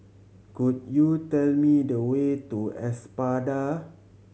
could you tell me the way to Espada